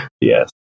yes